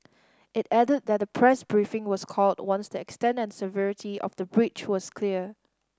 it added that a press briefing was called once the extent and severity of the breach was clear